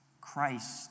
Christ